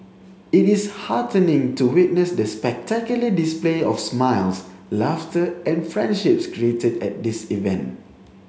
it is heartening to witness the spectacular display of smiles laughter and friendships created at this event